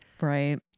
right